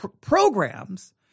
programs